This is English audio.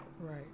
Right